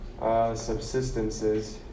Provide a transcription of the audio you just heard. subsistences